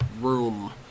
room